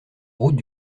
route